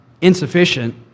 insufficient